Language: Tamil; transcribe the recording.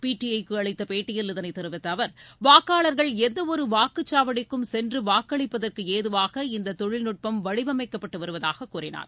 பிடிஐ க்கு அளித்த பேட்டியில் இதனைத் தெரிவித்த அவர் வாக்காளர்கள் எந்தவொரு வாக்குச்சாவடிக்கும் சென்று வாக்களிப்பதற்கு ஏதுவாக இந்த தொழில்நட்பம் வடிவமைக்கப்பட்டு வருவதாக கூறினார்